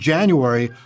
January